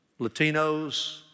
Latinos